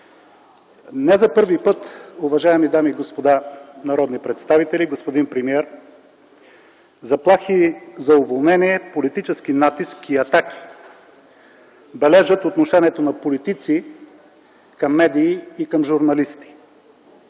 Не за първи път, уважаеми дами и господа народни представители, господин премиер, заплахи за уволнение, политически натиск и атаки бележат отношението на политици към медии и към журналисти.